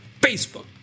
Facebook